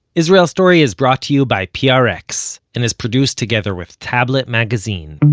israel story is brought to you by prx, and is produced together with tablet magazine